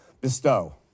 bestow